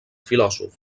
filòsof